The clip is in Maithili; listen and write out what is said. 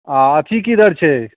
आओर अथी की दर छै